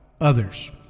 others